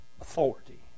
authority